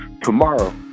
tomorrow